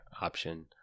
option